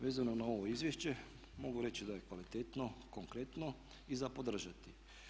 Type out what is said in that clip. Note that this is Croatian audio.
Vezano na ovo izvješće, mogu reći da je kvalitetno, konkretno i za podržati.